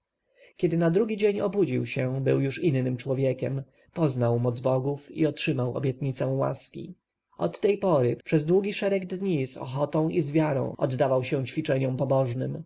kiedy na drugi dzień obudził się był już innym człowiekiem poznał moc bogów i otrzymał obietnicę łaski od tej pory przez długi szereg dni z ochotą i wiarą oddawał się ćwiczeniom pobożnym